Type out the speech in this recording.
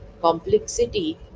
complexity